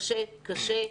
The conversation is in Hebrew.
קשה קשה.